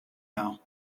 now